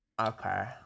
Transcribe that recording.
Okay